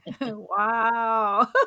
Wow